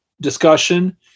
discussion